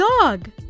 dog